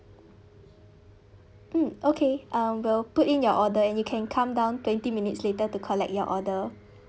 mm okay um we'll put in your order and you can come down twenty minutes later to collect your order